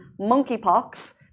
Monkeypox